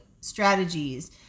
strategies